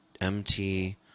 MT